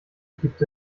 gibt